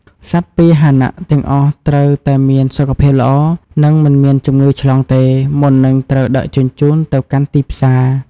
សត្វពាហនៈទាំងអស់ត្រូវតែមាន សុខភាពល្អ និងមិនមានជំងឺឆ្លងទេ មុននឹងត្រូវដឹកជញ្ជូនទៅកាន់ទីផ្សារ។